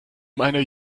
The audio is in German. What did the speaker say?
meiner